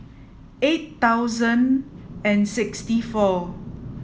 eight thousand and sixty four